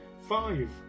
Five